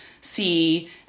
see